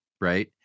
right